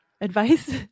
advice